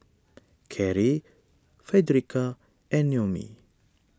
Karie Fredericka and Noemie